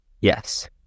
Yes